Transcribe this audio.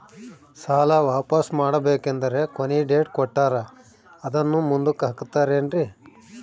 ಸಾಲ ವಾಪಾಸ್ಸು ಮಾಡಬೇಕಂದರೆ ಕೊನಿ ಡೇಟ್ ಕೊಟ್ಟಾರ ಅದನ್ನು ಮುಂದುಕ್ಕ ಹಾಕುತ್ತಾರೇನ್ರಿ?